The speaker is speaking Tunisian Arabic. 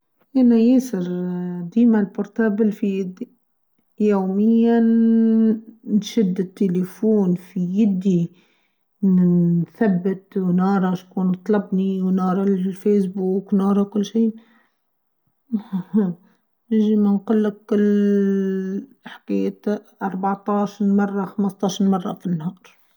ديمه ياسر ديمه بورتابل في يدي يميااا نشد التليفون في يدي نثبت و نارش و نتلقني و نارى الفيس بوك نارى كل شئ هههه نجم ما نقل ااا حكايه أربعتاش مره خمستاش مره في النهار.